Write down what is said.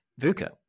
VUCA